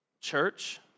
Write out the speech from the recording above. Church